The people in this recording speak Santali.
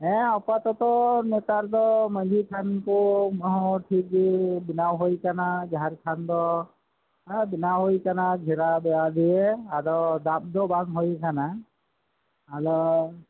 ᱦᱮᱸ ᱟᱯᱟᱛᱛᱚ ᱱᱮᱛᱟᱨ ᱫᱚ ᱢᱟᱹᱡᱷᱤ ᱛᱷᱟᱱ ᱠᱚ ᱚᱱᱟᱦᱚᱸ ᱴᱷᱤᱠ ᱜᱮ ᱵᱮᱱᱟᱣ ᱦᱩᱭ ᱟᱠᱟᱱᱟ ᱡᱟᱦᱮᱨ ᱛᱷᱟᱱ ᱫᱚ ᱵᱮᱱᱟᱣ ᱦᱩᱭ ᱟᱠᱟᱱᱟ ᱜᱷᱮᱨᱟ ᱵᱮᱲᱟ ᱫᱤᱭᱮ ᱟᱫᱚ ᱫᱟᱵᱽ ᱫᱚ ᱵᱟᱜ ᱦᱩᱭ ᱟᱠᱟᱱᱟ ᱟᱫᱚ